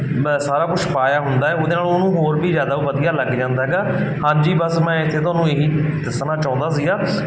ਸਾਰਾ ਕੁਛ ਪਾਇਆ ਹੁੰਦਾ ਉਹਦੇ ਨਾਲ ਉਹਨੂੰ ਹੋਰ ਵੀ ਜ਼ਿਆਦਾ ਉਹ ਵਧੀਆ ਲੱਗ ਜਾਂਦਾ ਹੈਗਾ ਹਾਂਜੀ ਬਸ ਮੈਂ ਇੱਥੇ ਤੁਹਾਨੂੰ ਇਹੀ ਦੱਸਣਾ ਚਾਹੁੰਦਾ ਸੀਗਾ